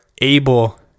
able